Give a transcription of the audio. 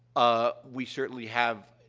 ah, we certainly have,